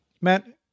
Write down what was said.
Matt